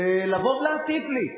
לבוא ולהטיף לי.